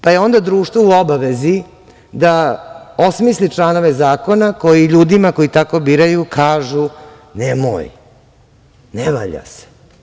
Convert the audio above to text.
Pa, je onda društvo u obavezi da osmisli članove zakona koji ljudima koji tako biraju kažu – nemoj, ne valja se.